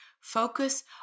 Focus